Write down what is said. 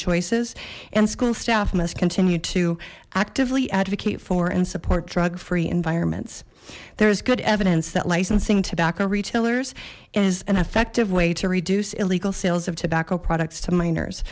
choices and school staff must continue to actively advocate for and support drug free environments there is good evidence that licensing tobacco retailers is an effective way to reduce illegal sales of tobacco products to minors